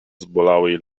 zbolałej